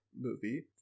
movie